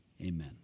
Amen